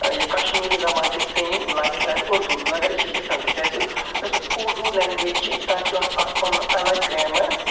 یہِ کَشمیٖری زَبان چھِ سیم لایِک ایز اُردُو مَگر یہِ چھِ ڈِفرَنٛٹ تِکیٛازِ یۄس اُردو لٮ۪نٛگویج چھِ تَتھ چھُ اَکھ اَکھ پَنُن اَلگ گرٛیمَر